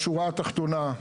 בשורה התחתונה,